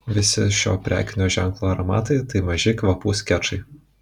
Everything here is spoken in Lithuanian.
visi šio prekinio ženklo aromatai tai maži kvapų skečai